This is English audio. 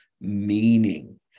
meaning